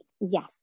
yes